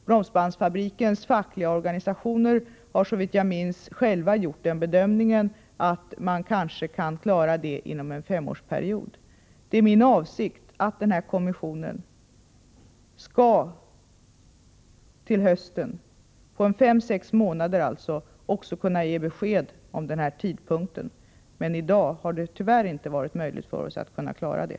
Bromsbandsfabrikens fackliga organisationer har, såvitt jag minns, själva gjort den bedömningen att man kanske kan klara detta inom en femårsperiod. Det är min avsikt att kommissionen till hösten, på fem sex månader alltså, skall kunna ge besked om tidpunkten. I dag är det tyvärr inte möjligt för oss att klara det.